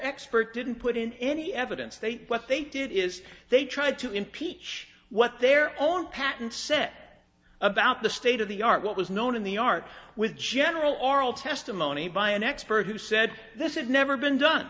expert didn't put in any evidence they what they did is they tried to impeach what their own patent set about the state of the art what was known in the art with general oral testimony by an expert who said this is never been done